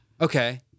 Okay